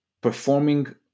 performing